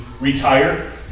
retire